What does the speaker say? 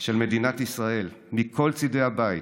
של מדינת ישראל, מכל צידי הבית,